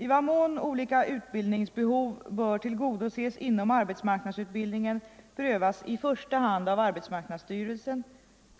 I vad mån olika utbildningsbehov bör tillgodoses inom arbetsmarknadsutbildningen prövas i första hand av arbetsmarknadsstyrelsen.